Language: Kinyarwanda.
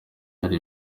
hari